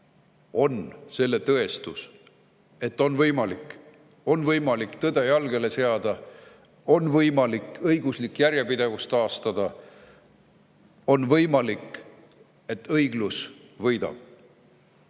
on selle tõestus, et on võimalik tõde jalgele seada, on võimalik õiguslik järjepidevus taastada, on võimalik see, et õiglus võidab.